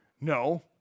no